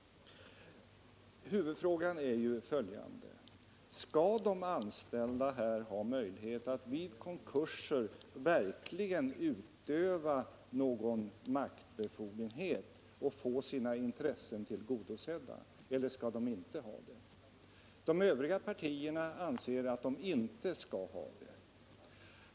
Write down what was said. Huvudfrågan är ju följande: Skall de anställda ha möjlighet att vid konkurser verkligen utöva någon maktbefogenhet och få sina intressen tillgodosedda, eller skall de inte ha det? De övriga partierna anser att de inte skall ha det.